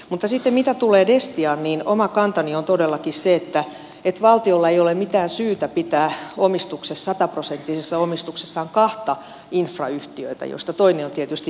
mutta mitä tulee destiaan niin oma kantani on todellakin se että valtiolla ei ole mitään syytä pitää sataprosenttisessa omistuksessaan kahta infrayhtiötä joista toinen on tietysti vr track